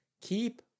Keep